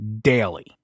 daily